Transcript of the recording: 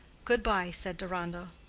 good-bye, said deronda,